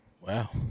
Wow